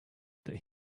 that